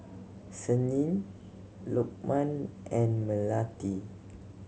Senin Lokman and Melati